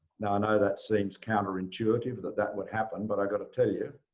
now i know that seems counterintuitive, that that would happen. but i got to tell you,